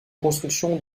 construction